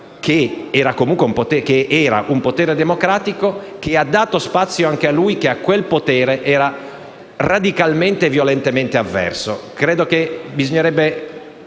potere, un potere democratico che ha dato spazio anche a lui che gli era radicalmente e violentemente avverso. Temo che bisognerebbe